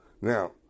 Now